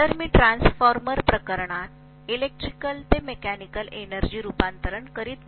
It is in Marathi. तर मी ट्रान्सफॉर्मर प्रकरणात इलेक्ट्रिकल ते मेकॅनिकल एनर्जी रूपांतरण करीत नाही